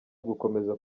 ugukomeza